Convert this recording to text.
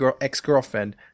ex-girlfriend